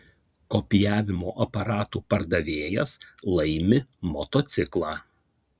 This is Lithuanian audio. kopijavimo aparatų pardavėjas laimi motociklą